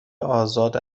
آزاد